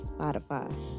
Spotify